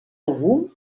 algú